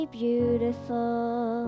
beautiful